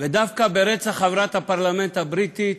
ודווקא ברצח חברת הפרלמנט הבריטי